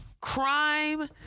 Crime